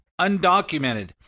Undocumented